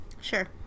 sure